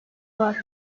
var